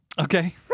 Okay